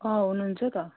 अँ हुनुहुन्छ त